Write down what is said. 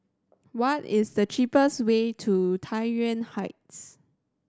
what is the cheapest way to Tai Yuan Heights